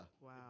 Wow